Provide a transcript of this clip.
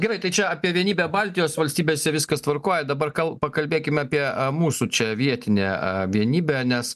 gerai tai čia apie vienybę baltijos valstybėse viskas tvarkoje dabar kal pakalbėkim apie a mūsų čia vietinę a vienybę nes